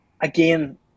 again